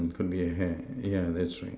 hair yeah yeah that's right